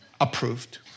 Approved